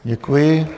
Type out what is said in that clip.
Děkuji.